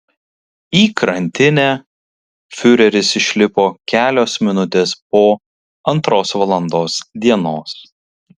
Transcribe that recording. į krantinę fiureris išlipo kelios minutės po antros valandos dienos